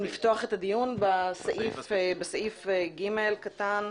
אם לפתוח את הדיון בסעיף (ג) קטן.